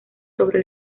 sobre